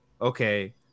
okay